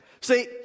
See